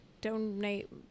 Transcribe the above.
donate